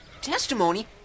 Testimony